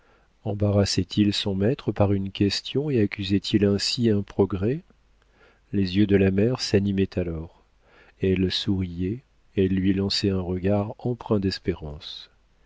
embarrassait il son maître par une question et accusait il ainsi un progrès les yeux de la mère s'animaient alors elle souriait elle lui lançait un regard empreint d'espérance